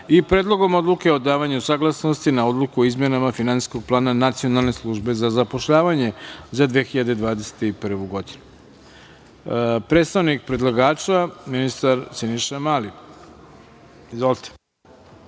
i Predlogom odluke o davanju saglasnosti na Odluku o izmenama Finansijskog plana Nacionalne službe za zapošljavanje za 2021. godinu. Reč ima predstavnik predlagača ministar Siniša Mali. Izvolite.